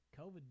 COVID